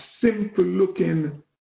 simple-looking